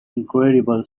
incredible